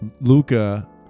Luca